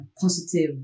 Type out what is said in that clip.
positive